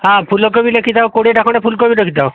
ହଁ ଫୁଲକୋବି ଲେଖିଥାଅ କୋଡ଼ିଏଟା ଖଣ୍ଡେ ଫୁଲକୋବି ଲେଖିଥାଅ